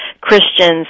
Christians